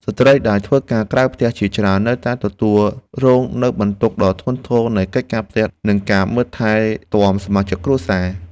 ស្ត្រីដែលធ្វើការក្រៅផ្ទះជាច្រើននៅតែត្រូវទទួលរងនូវបន្ទុកដ៏ធ្ងន់ធ្ងរនៃកិច្ចការផ្ទះនិងការមើលថែទាំសមាជិកគ្រួសារ។